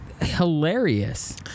hilarious